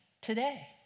today